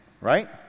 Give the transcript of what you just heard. right